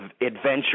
adventure